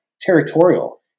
territorial